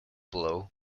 below